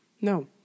No